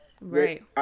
Right